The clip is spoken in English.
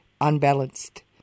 unbalanced